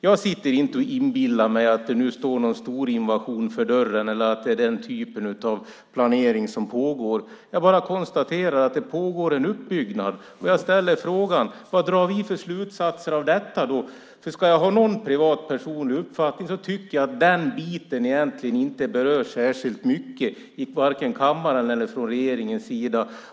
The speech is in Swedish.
Jag inbillar mig inte att en stor invasion nu står för dörren eller att den typen av planering pågår. Jag konstaterar bara att det pågår en uppbyggnad. Vilka slutsatser drar vi av detta? Ska jag ha någon privat, personlig, uppfattning så är det att den biten egentligen inte berörs särskilt mycket vare sig här i kammaren eller från regeringens sida.